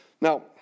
Now